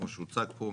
כמו שהוצג פה,